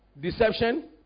deception